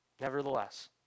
nevertheless